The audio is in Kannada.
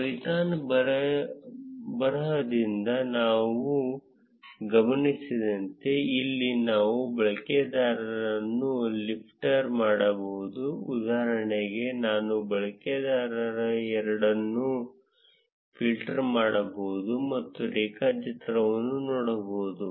ಪೈಥಾನ್ ಬರಹದಿಂದ ನಾವು ಗಮನಿಸಿದಂತೆ ಇಲ್ಲಿ ನಾವು ಬಳಕೆದಾರರನ್ನು ಫಿಲ್ಟರ್ ಮಾಡಬಹುದು ಉದಾಹರಣೆಗೆ ನಾನು ಬಳಕೆದಾರ 2 ಅನ್ನು ಫಿಲ್ಟರ್ ಮಾಡಬಹುದು ಮತ್ತು ರೇಖಾಚಿತ್ರವನ್ನು ನೋಡಬಹುದು